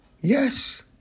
Yes